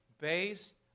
based